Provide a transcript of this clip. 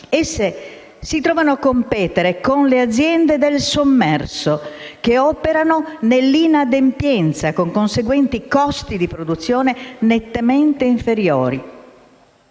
Esse si trovano a competere con le aziende del sommerso, che operano nell'inadempienza, con conseguenti costi di produzione nettamente inferiori.